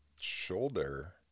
shoulder